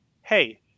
hey